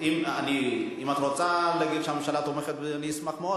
אם את רוצה להגיד שהממשלה תומכת, אני אשמח מאוד.